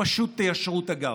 פשוט תיישרו את הגב.